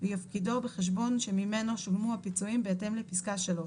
ויפקידו בחשבון שממנו שולמו הפיצויים בהתאם לפסקה (3).